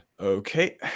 Okay